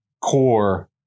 core